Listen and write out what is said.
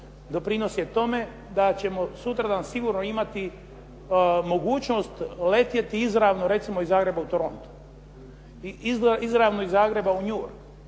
doprinos je tome da ćemo sutradan sigurno imati mogućnost letjeti izravno recimo iz Zagreba u Toronto i izravno iz Zagreba u New York,